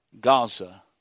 Gaza